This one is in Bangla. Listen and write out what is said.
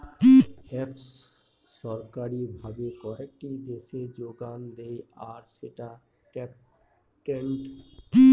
হেম্প সরকারি ভাবে কয়েকটি দেশে যোগান দেয় আর সেটা পেটেন্টেড